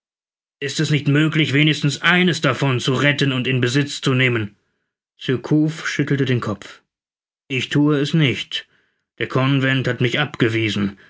ist es nicht möglich wenigstens eines davon zu retten und in besitz zu nehmen surcouf schüttelte den kopf ich thue es nicht der convent hat mich abgewiesen